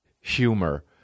humor